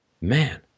man